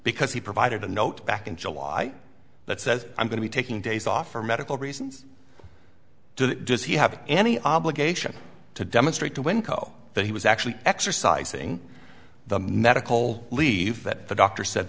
because he provided a note back in july that says i'm going to be taking days off for medical reasons does he have any obligation to demonstrate to winco that he was actually exercising the medical leave that the doctor said